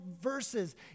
verses